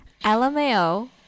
lmao